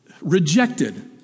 rejected